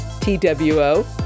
T-W-O